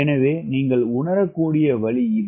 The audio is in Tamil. எனவே நீங்கள் உணரக்கூடிய வழி இது